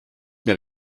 mehr